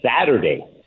Saturday